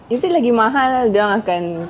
is it lagi mahal dorang akan